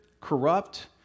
corrupt